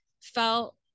felt